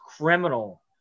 criminal